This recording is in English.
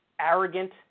Arrogant